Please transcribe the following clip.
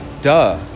duh